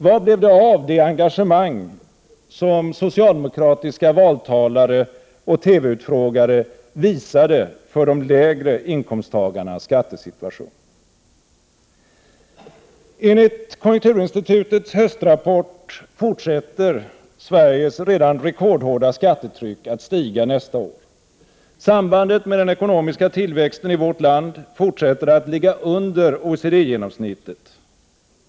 Vad blev det av det engagemang som socialdemokratiska valtalare och TV-utfrågare visade för skattesituationen för dem med lägre inkomst? Enligt konjunkturinstitutets höstrapport fortsätter Sveriges redan rekordhårda skattetryck att stiga nästa år. Den ekonomiska tillväxten i vårt land fortsätter att ligga under OECD-genomsnittet.